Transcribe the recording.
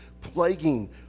plaguing